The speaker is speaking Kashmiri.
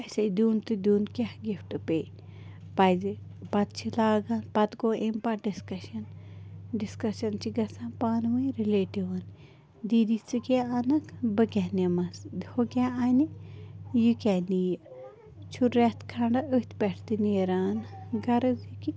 اَسے دیُن تہِ دیُن کیٛاہ گفٹ پے پَزِ پَتہٕ چھِ لاگان پتہٕ گوٚو اَمہِ پتہٕ ڈِسکَشن ڈِسکَشن چھِ گَژھان پانہٕ ؤنۍ رِلیٹِون دیٖدی ژٕ کیاہ اَنکھ بہٕ کیٛاہ نِمس ہُہ کیٛاہ اَنہِ یہِ کیٛاہ نِیہِ چھُ رٮ۪تھ کھنٛڈا أتھۍ پٮ۪ٹھ تہِ نیران غرض کہِ